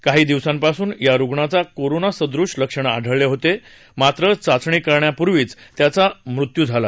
काही दिवसांपासून या रुग्णात कोरोना सदृश लक्षणं आढळले होते मात्र चाचणी करण्या पुर्वीच त्यांचा मृत्यू झाला